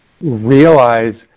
realize